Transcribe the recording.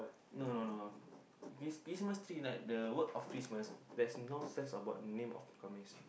no no no this Christmas tree like the work of Christmas there's no sense about the name of the Khamis